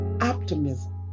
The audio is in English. optimism